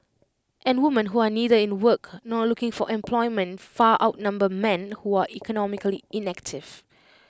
and woman who are neither in work nor looking for employment far outnumber men who are economically inactive